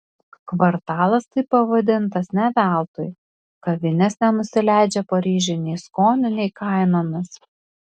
kvartalas taip pavadintas ne veltui kavinės nenusileidžia paryžiui nei skoniu nei kainomis